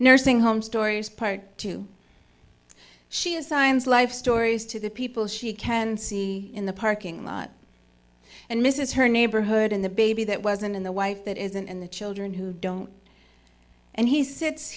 nursing home stories part two she has signs life stories to the people she can see in the parking lot and this is her neighborhood in the baby that wasn't in the wife that isn't in the children who don't and he sits